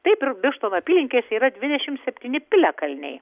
taip ir birštono apylinkėse yra dvidešim septyni piliakalniai